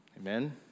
Amen